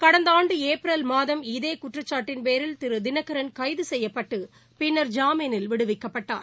கடந்த ஆண்டு ஏப்ரல் மாதம் இதே குற்றச்சாட்டின் பேரில் திரு தினகரன் கைது செய்யப்பட்டு பின்னர் ஜாமீனில் விடுவிக்கப்பட்டார்